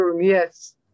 Yes